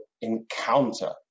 encounter